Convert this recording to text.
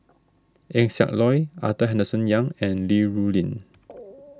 Eng Siak Loy Arthur Henderson Young and Li Rulin